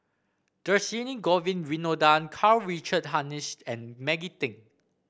Dhershini Govin Winodan Karl Richard Hanitsch and Maggie Teng